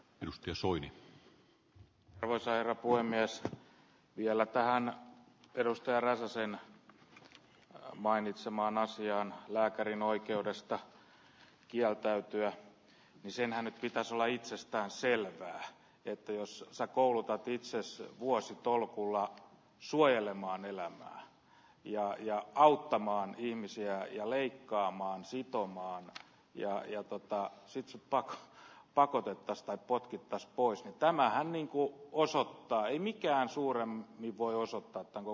edusti osuin ruoissa huoneissa vielä taannoin perustaja räsäsen ja mainitsemaan asia on lääkärin oikeudesta kieltäytyä ja sinä nyt pitäs olla itsestään selvää että jos sä koulutat itsesi vuositolkulla suojelemaan elämää ja ja auttamaan ihmisiä ja leikkaamaan sitomaan ja jopa pahensi tippaakaan pakota tästä potkittas poistetaan vähän niinku osoittaa ei mikään suoraan voi osottatanko